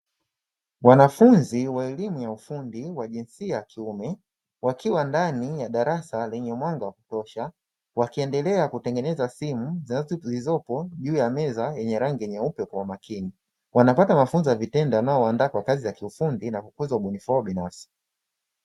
Wanafunzi wa elimu ya ufundi wa jinsia ya kiume, wakiwa ndani ya darasa lenye mwanga wa kutosha wakiendelea kutengeneza simu, zilizopo juu ya meza yenye rangi nyeupe kwa umakini; wanapata mafunzo ya vitendo yanayowandaa kwa kazi ya kiufundi, na kukuza ubunifu wao binafsi.